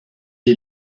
est